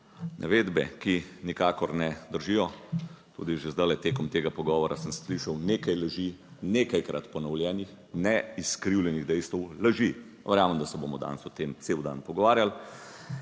Navedbe, ki nikakor ne držijo. Tudi že zdaj tekom tega pogovora sem slišal nekaj laži, nekajkrat ponovljenih, ne izkrivljenih dejstev, laži. Verjamem, da se bomo danes o tem cel dan pogovarjali.